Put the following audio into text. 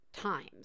times